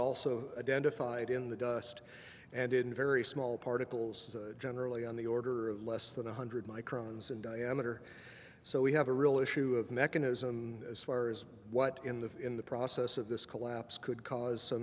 also identified in the dust and in very small particles is generally on the order of less than one hundred microns in diameter so we have a real issue of mechanism as far as what in the in the process of this collapse could cause so